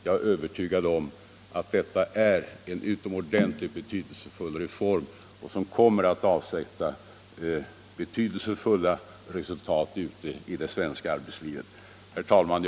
Jag är övertygad om att detta är en utomordentligt viktig reform som kommer att avsätta betydelsefulla resultat i det svenska arbetslivet. Herr talman!